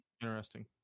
Interesting